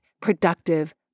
productive